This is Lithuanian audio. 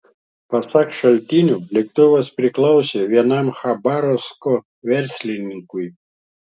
pasak šaltinių lėktuvas priklausė vienam chabarovsko verslininkui